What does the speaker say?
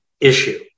issue